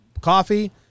coffee